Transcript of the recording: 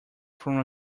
from